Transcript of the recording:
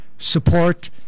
support